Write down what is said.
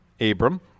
Abram